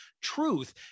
truth